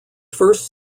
first